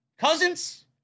Cousins